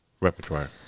repertoire